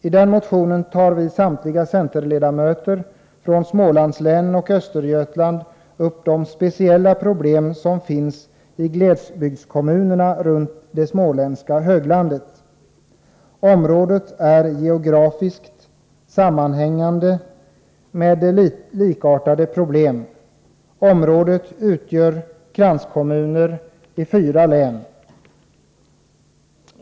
I den motionen tar samtliga centerledamöter från Smålandslänen och Östergötland upp de speciella problem som finns i glesbygdskommunerna runt det småländska höglandet. Området är geografiskt sammanhängande och har likartade problem. Det omfattar kranskommuner i fyra län.